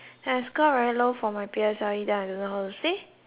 low for my P_S_L_E then I don't know how to say